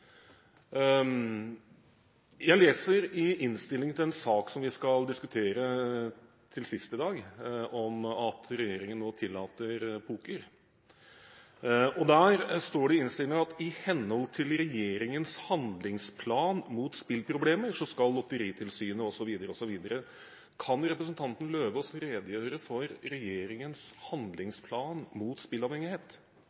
Jeg leser i innstillingen til en sak som vi skal diskutere til slutt i dag, om at regjeringen nå tillater poker. Der står det i innstillingen: «I henhold til regjeringens handlingsplan mot spillproblemer skal Lotteritilsynet fortløpende evaluere ...» osv. Kan representanten Eidem Løvaas redegjøre for regjeringens